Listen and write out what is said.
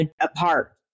apart